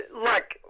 Look